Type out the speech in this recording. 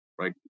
right